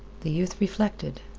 the youth reflected.